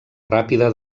ràpida